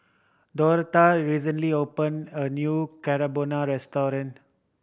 Dorthea recently opened a new Carbonara Restaurant